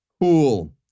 Cool